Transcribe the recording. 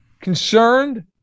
concerned